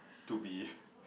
to be